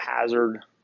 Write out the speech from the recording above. hazard